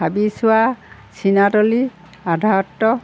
হাবিছোৱা চীনাতলি আধাৰত্ত